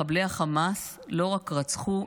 מחבלי החמאס לא רק רצחו,